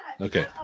Okay